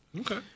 Okay